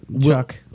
Chuck